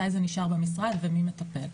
מתי זה נשאר במשרד ומי מטפל.